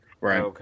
Right